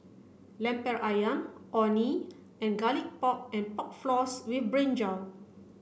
Lemper Ayam Orh Nee and garlic pork and pork floss with brinjal